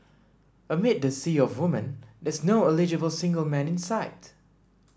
amid the sea of woman there's no eligible single man in sight